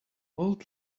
old